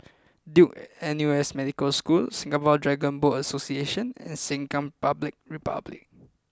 Duke N U S Medical School Singapore Dragon Boat Association and Sengkang Public republic